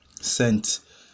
sent